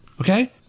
okay